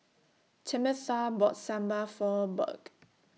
Tamatha bought Sambal For Burk